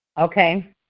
Okay